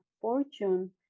fortune